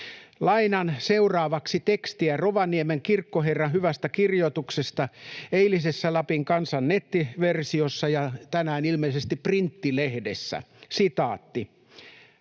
Lainaan seuraavaksi tekstiä Rovaniemen kirkkoherran hyvästä kirjoituksesta eilisessä Lapin Kansan nettiversiossa ja ilmeisesti tänään printtilehdessä: ”Armolle